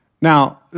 Now